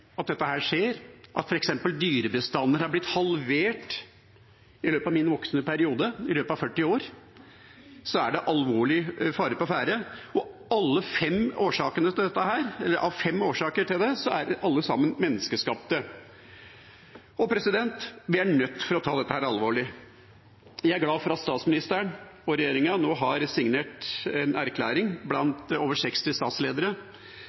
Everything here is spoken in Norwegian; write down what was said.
at hvis vi ikke tar oss sammen, går dette galt, og vi får en bumerang imot oss sjøl. Når én million arter er truet av utryddelse – f.eks. har dyrebestander blitt halvert i løpet av min voksne periode, i løpet av 40 år – er det alvorlig fare på ferde. Det er fem årsaker til at dette skjer, og alle sammen er menneskeskapte. Vi er nødt til å ta dette alvorlig. Jeg er glad for at statsministeren og regjeringa,